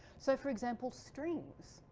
so for example strings.